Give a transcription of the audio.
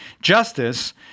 Justice